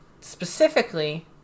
specifically